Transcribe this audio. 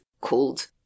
called